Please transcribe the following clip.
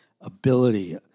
ability